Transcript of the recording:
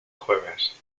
jueves